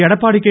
Edappadi K